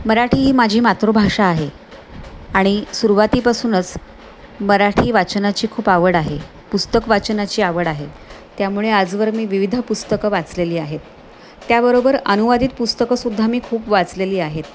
मराठी ही माझी मातृभाषा आहे आणि सुरूवातीपासूनच मराठी वाचनाची खूप आवड आहे पुस्तक वाचनाची आवड आहे त्यामुळे आजवर मी विविध पुस्तकं वाचलेली आहेत त्याबरोबर अनुवादित पुस्तकंसुद्धा मी खूप वाचलेली आहेत